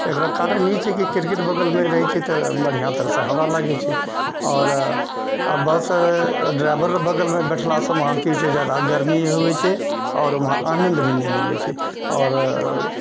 एकरा कारण ई छिऐ कि खिड़कीके बगलमे रहए छिऐ तऽ बढ़िआँ तरहसँ हवा लागैत छै आओर बस ड्राइभरके बगलमे बैठलासँ वहाँ की छै जादा गरमी होइत छै आओर वहाँ आनए लए भी नहि मिलैत छै आओर